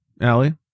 Allie